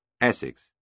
Essex